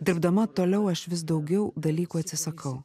dirbdama toliau aš vis daugiau dalykų atsisakau